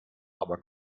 aber